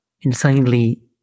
insanely